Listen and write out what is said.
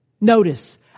Notice